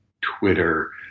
Twitter